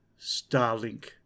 Starlink